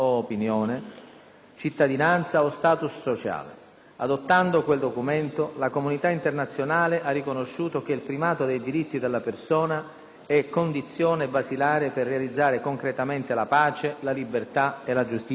cittadinanza o *status* sociale. Adottando quel documento, la Comunità internazionale ha riconosciuto che il primato dei diritti della persona è condizione basilare per realizzare concretamente la pace, la libertà e la giustizia tra i popoli.